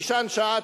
תישן שעה,